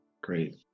Great